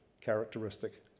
characteristic